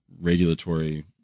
regulatory –